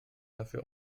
dafür